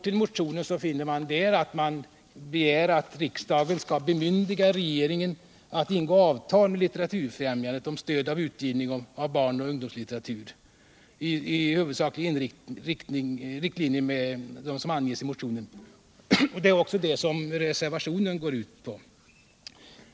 I motionen begärs att riksdagen skall bemyndiga regeringen att ingå avtal med Litteraturfrämjandet om stöd till utgivning av barn och ungdomslitteratur i enlighet med de riktlinjer som anges I motionen. Det är också vad reservationen går ut på.